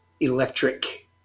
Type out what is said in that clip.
electric